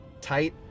tight